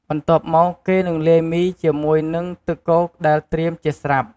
បន្ទាប់មកគេនឹងលាយមីជាមួយនឹងទឹកគោកដែលត្រៀមជាស្រាប់។